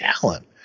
talent